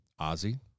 Ozzy